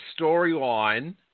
storyline